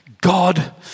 God